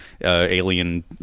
alien